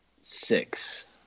six